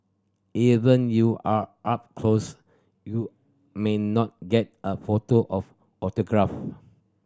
even you are up close you may not get a photo of autograph